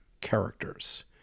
characters